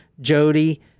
Jody